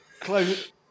Close